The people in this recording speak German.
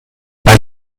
weil